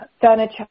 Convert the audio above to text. furniture